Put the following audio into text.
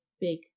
big